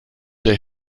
der